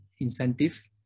incentive